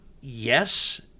Yes